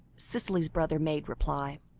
cicely's brother made reply.